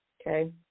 Okay